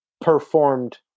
performed